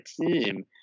team